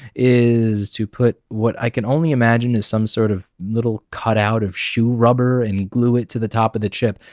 is to put what i can only imagine is some sort of little cutout of shoe rubber and glue it to the top of the chip.